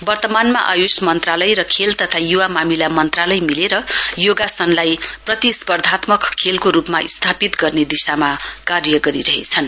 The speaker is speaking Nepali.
वर्तमानमा आयुष मन्त्रालय र खेल तथा युवा मामिला मन्त्रालय मिलेर योगासनलाई प्रतिस्पर्धात्मक खेलको रूपमा स्थापित गर्ने दिशामा कार्य गरिरहेछन्